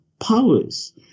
powers